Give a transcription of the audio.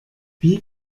wie